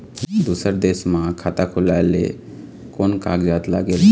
दूसर देश मा खाता खोलवाए ले कोन कागजात लागेल?